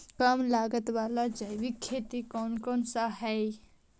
कम लागत वाला जैविक खेती कौन कौन से हईय्य?